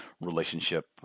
relationship